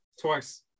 twice